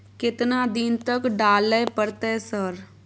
केतना दिन तक डालय परतै सर?